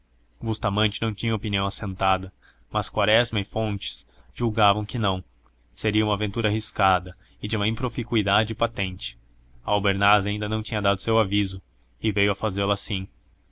sangue bustamente não tinha opinião assentada mas quaresma e fontes julgavam que não seria uma aventura arriscada e de uma improficuidade patente albernaz ainda não tinha dado o seu aviso e veio a fazê-lo assim